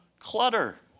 clutter